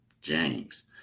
James